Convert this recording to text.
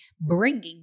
bringing